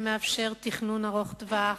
זה מאפשר תכנון ארוך טווח,